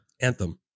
Anthem